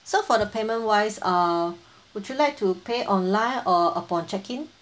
so for the payment wise uh would you like to pay online or upon check in